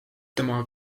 tema